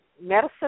medicine